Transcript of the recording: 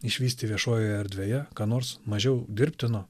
išvysti viešojoje erdvėje ką nors mažiau dirbtino